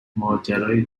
ماجرای